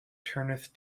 turneth